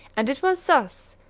and it was thus,